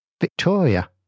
Victoria